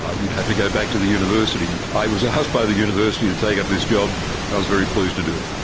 ah you'd have to go back to the university. i was asked by the university to take up this job and i was very pleased to do it.